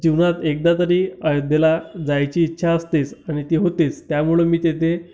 जीवनात एकदा तरी अयोध्येला जायची इच्छा असतेच आणि ते होतेच त्यामुळे मी तेथे